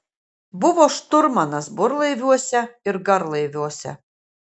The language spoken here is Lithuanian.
buvo šturmanas burlaiviuose ir garlaiviuose